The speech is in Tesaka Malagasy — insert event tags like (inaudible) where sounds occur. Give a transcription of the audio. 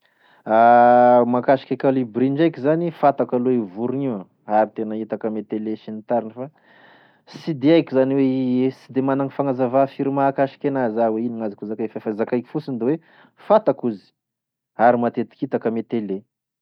(hesitation) Mahakasiky e kôlibria ndraiky zany fantako aloa io vorogn'io e ary tena hitako ame télé sy ny tariny fa sy de haiko zany ary i- sy de managny fagnazava firy mahakasik'enazy ah hoe ino gn'azoko zakay fa zakaiko fosiny da hoe fantako io ary matetiky hitako ame télé.